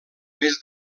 mes